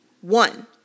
one